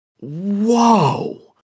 whoa